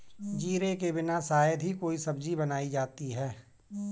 जीरे के बिना शायद ही कोई सब्जी बनाई जाती है